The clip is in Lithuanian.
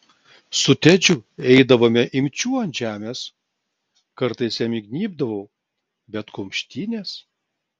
su tedžiu eidavome imčių ant žemės kartais jam įgnybdavau bet kumštynės